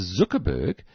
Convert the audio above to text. Zuckerberg